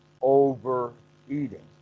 overeating